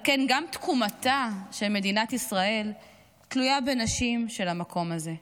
על כן גם תקומתה של מדינת ישראל תלויה בנשים של המקום הזה.